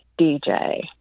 dj